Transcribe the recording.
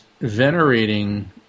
venerating